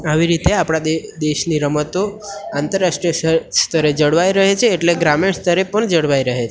આવી રીતે આપણા દે દેશની રમતો આંતરરાષ્ટ્રીય સ સ્તરે જળવાઈ રહે છે એટલે ગ્રામીણ સ્તરે પણ જળવાઈ રહે છે